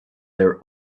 their